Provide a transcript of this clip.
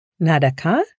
Nadaka